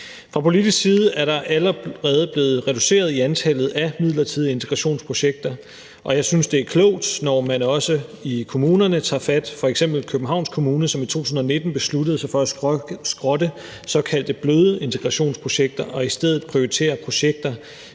Fra politisk side er der allerede blevet reduceret i antallet af midlertidige integrationsprojekter, og jeg synes, det er klogt, når man også i kommunerne tager fat på det, som f.eks. Københavns Kommune, som i 2019 besluttede sig for at skrotte såkaldte bløde integrationsprojekter og i stedet prioritere projekter